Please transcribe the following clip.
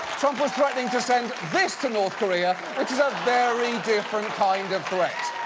trump was threatening to send this to north korea, which is a very different kind of threat.